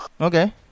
Okay